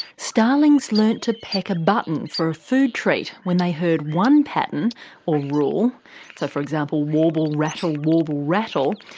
starlings learned to peck a button for a food treat when they heard one pattern or rule, so for example warble, rattle, warble, rattle'.